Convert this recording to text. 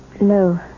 No